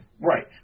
Right